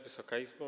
Wysoka Izbo!